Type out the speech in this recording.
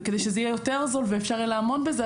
וכדי שזה יהיה יותר זול ואפשר יהיה לעמוד בזה,